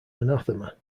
anathema